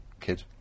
kid